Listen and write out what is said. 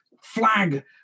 flag